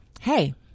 hey